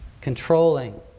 controlling